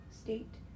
state